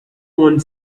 one